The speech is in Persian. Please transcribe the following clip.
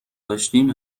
داشتیم